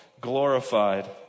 glorified